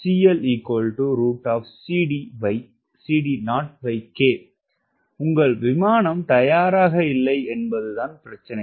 பிறகு உங்கள் CL உங்கள் விமானம் தயாராக இல்லை என்பதுதான் பிரச்சினை